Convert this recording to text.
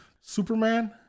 superman